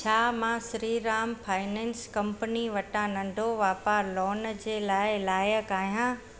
छा मां Shriram finance company वटां नंढो वापारु लोन जे लाइ लाइक़ु आहियां